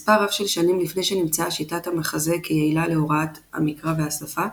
מספר רב של שנים לפני שנמצאה שיטת ההמחזה כיעילה להוראת המקרא והשפה,